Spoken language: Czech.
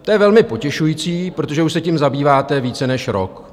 To je velmi potěšující, protože už se tím zabýváte více než rok.